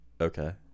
Okay